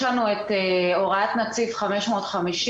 יש לנו את הוראת נציב 550,